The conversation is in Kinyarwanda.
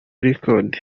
records